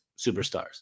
superstars